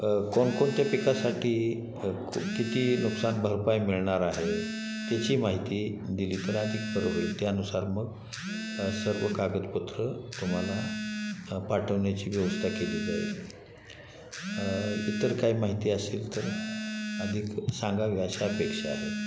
कोणकोणत्या पिकासाठी क किती नुकसान भरपाई मिळणार आहे त्याची माहिती दिली तर अधिक बरं होईल त्यानुसार मग सर्व कागदपत्रं तुम्हाला पाठवण्याची व्यवस्था केली जाईल इतर काही माहिती असेल तर अधिक सांगावी अशी अपेक्षा आहे